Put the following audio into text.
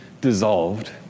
dissolved